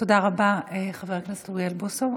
תודה רבה, חבר הכנסת אוריאל בוסו.